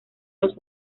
los